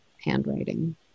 handwriting